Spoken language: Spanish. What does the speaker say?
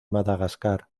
madagascar